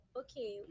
okay